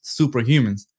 Superhumans